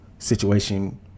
situation